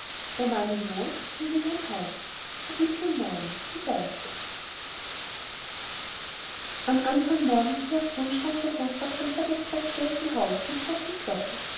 die beichte am andern morgen sehr früh stand der hofrat schon vor des präsidenten haus und zog die glocke